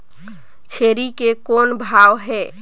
छेरी के कौन भाव हे?